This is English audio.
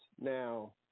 now